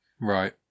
Right